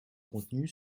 contenu